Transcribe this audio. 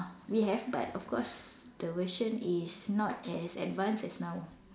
we have but of course the version is not as advanced as now